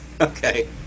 Okay